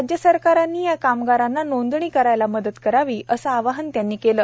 राज्यसरकारांनी या कामगारांना नोंदणी करायला मदत करावी असं आवाहन त्यांनी केलं